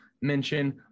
mention